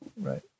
Right